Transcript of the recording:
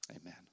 Amen